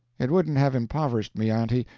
it wouldn't have impoverished me, aunty,